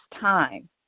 time